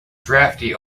drafty